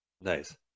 Nice